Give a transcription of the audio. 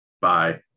Bye